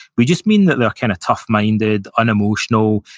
we just mean that they're kind of tough-minded, unemotional,